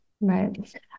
Right